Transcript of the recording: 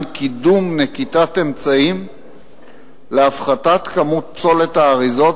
קידום נקיטת אמצעים להפחתת כמות פסולת האריזות